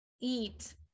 eat